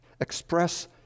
express